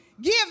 Give